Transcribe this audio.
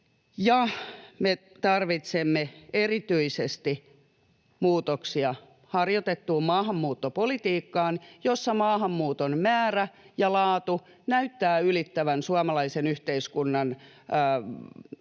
me tarvitsemme erityisesti muutoksia harjoitettuun maahanmuuttopolitiikkaan, jossa maahanmuuton määrä ja laatu näyttävät ylittävän suomalaisen yhteiskunnan